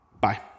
bye